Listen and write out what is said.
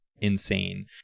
insane